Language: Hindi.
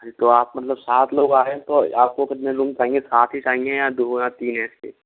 हाँ जी तो आप मतलब सात लोग आ रहे है तो आपको कितने रूम चाहिए सात ही चाहिए या दो या तीन ऐसे